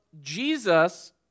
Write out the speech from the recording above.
Jesus